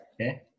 Okay